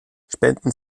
spenden